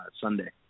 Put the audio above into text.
Sunday